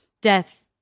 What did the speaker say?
death